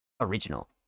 original